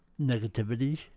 negativity